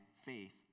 faith